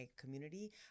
community